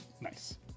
Nice